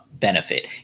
benefit